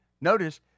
Notice